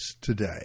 today